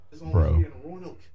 Bro